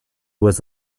was